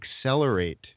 accelerate